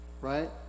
right